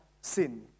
sin